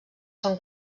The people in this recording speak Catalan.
són